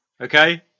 Okay